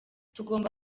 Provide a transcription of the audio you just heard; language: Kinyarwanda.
tugomba